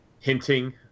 hinting